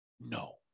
No